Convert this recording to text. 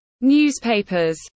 newspapers